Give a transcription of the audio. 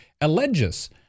alleges